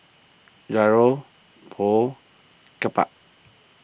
Gyros Pho Kimbap